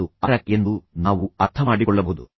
ಅದು ಅರ್ರ್ಯಾಕ್ ಎಂದು ನಾವು ಅರ್ಥಮಾಡಿಕೊಳ್ಳಬಹುದು